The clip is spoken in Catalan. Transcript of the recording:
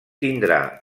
tindrà